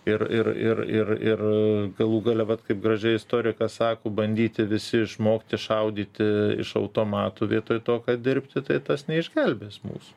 ir ir ir ir ir galų gale vat kaip gražiai istorikas sako bandyti visi išmokti šaudyti iš automatų vietoj to kad dirbti tai tas neišgelbės mūsų